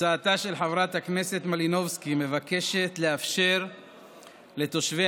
הצעתה של חברת הכנסת מלינובסקי מבקשת לאפשר לתושבי